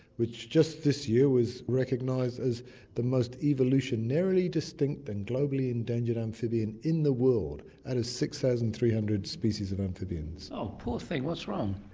which just this year was recognised as the most evolutionarily distinct and globally endangered amphibian in the world out of six thousand three hundred species of amphibians. oh poor thing. what's wrong?